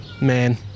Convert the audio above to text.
man